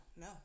no